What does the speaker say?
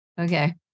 Okay